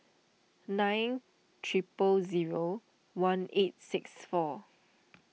nine triple zero one eight six four